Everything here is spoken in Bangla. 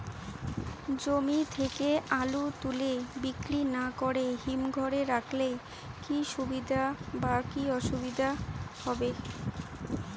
জমি থেকে আলু তুলে বিক্রি না করে হিমঘরে রাখলে কী সুবিধা বা কী অসুবিধা হবে?